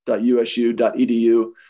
usu.edu